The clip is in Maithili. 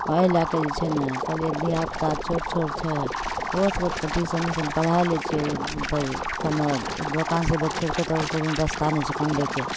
वएह लैके जे छै ने कहलिए धिआपुता छोट छोट छै ओहो सभकेँ ट्यूशन यूशन पढ़ै लै छिए तऽ कनि दोकान सबके छोड़िके आओर कोनो रस्ता नहि छै कमबैके